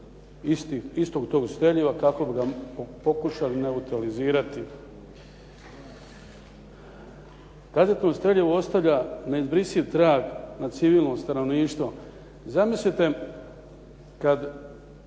istog tog streljiva kako bi ga pokušali neutralizirati. Kazetno streljivo ostavlja neizbrisiv trag na civilno stanovništvo. Zamislite kad